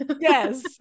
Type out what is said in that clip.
Yes